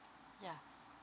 ya